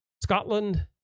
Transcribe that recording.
Scotland